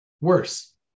worse